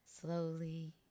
slowly